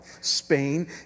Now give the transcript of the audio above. Spain